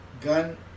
gun